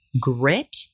grit